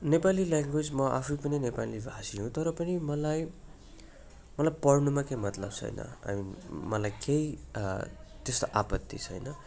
Nepali language म आफै पनि नेपाली भाषी हुँ तर पनि मलाई मलाई पढ्नुमा केही मतलब छैन आई मिन मलाई केही त्यस्तो आपत्ति छैन बट्